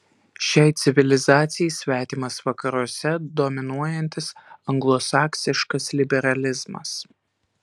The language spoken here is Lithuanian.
šiai civilizacijai svetimas vakaruose dominuojantis anglosaksiškas liberalizmas